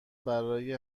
برای